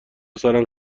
سرم